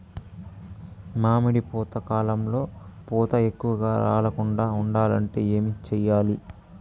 మామిడి పూత కాలంలో పూత ఎక్కువగా రాలకుండా ఉండాలంటే ఏమి చెయ్యాలి?